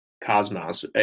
cosmos